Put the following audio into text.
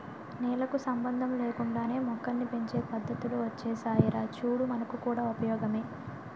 నేలకు సంబంధం లేకుండానే మొక్కల్ని పెంచే పద్దతులు ఒచ్చేసాయిరా చూడు మనకు కూడా ఉపయోగమే